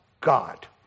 God